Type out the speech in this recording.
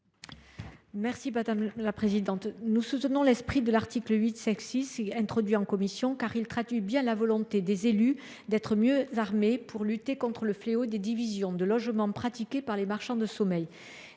Mme Viviane Artigalas. Nous approuvons l’esprit de l’article 8 , introduit en commission, car celui ci traduit bien la volonté des élus d’être mieux armés pour lutter contre le fléau des divisions de logement pratiquées par les marchands de sommeil.